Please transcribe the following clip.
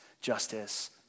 justice